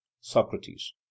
Socrates